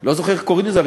לא זוכר איך קוראים לזה,